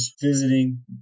visiting